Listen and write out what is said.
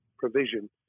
provision